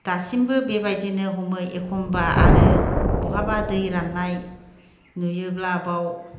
दासिमबो बेबादिनो हमो एखमबा आरो बहाबा दै रान्नाय नुयोब्ला बाव